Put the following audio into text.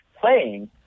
playing